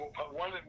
one